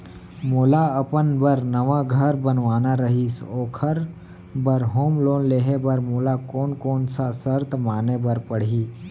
मोला अपन बर नवा घर बनवाना रहिस ओखर बर होम लोन लेहे बर मोला कोन कोन सा शर्त माने बर पड़ही?